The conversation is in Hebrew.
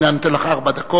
הנה, אני נותן לך ארבע דקות.